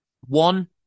one